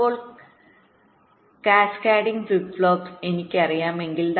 ഇപ്പോൾ cascading flip ഫ്ലോപ്പുകൾഎനിക്കറിയാമെങ്കിൽ